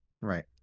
Right